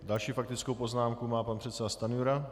Další faktickou poznámku má pan předseda Stanjura.